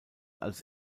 als